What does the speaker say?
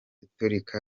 itariki